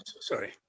sorry